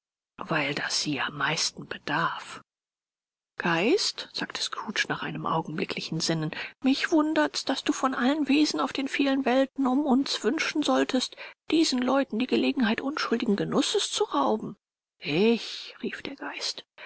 weil das sie am meisten bedarf geist sagte scrooge nach einem augenblicklichen sinnen mich wundert's daß du von allen wesen auf den vielen welten um uns wünschen solltest diesen leuten die gelegenheit unschuldigen genusses zu rauben ich rief der geist